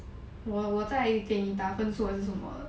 我我再给你打分数还是什么的